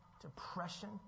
depression